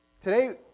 today